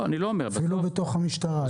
זה לא התוך המשטרה.